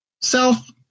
self